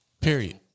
Period